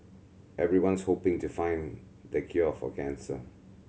everyone's hoping to find the cure for cancer